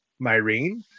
Myrene